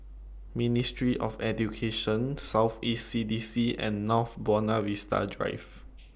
Ministry of Education South East C D C and North Buona Vista Drive